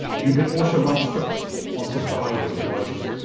you can also run scripts on cisco ios devices.